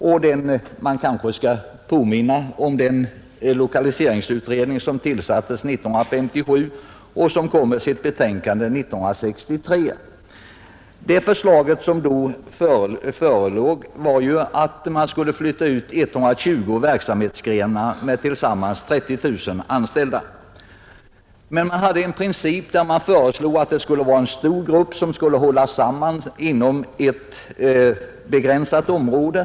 Man skall kanske i detta sammanhang påminna om den lokaliseringsutredning som tillsattes 1957 och som framlade sitt betänkande 1963. Det förslag som då förelåg innebar att man skulle flytta ut 120 verksamhetsgrenar med tillsammans 30 000 anställda. Man följde en princip som innebar att en stor grupp skulle hålla samman inom ett begränsat område.